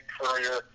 Courier